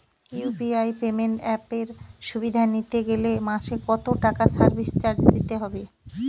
UPI payment অ্যাপের সুবিধা নিতে গেলে মাসে কত টাকা সার্ভিস চার্জ দিতে হবে?